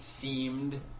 seemed